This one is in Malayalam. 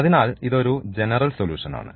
അതിനാൽ ഇത് ഒരു ജനറൽ സൊലൂഷൻ ആണ്